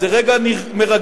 זה רגע מרגש.